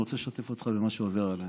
אני רוצה לשתף אותך במה שעובר עליי.